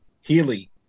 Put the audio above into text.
Healy